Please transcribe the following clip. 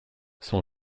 sans